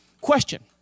Question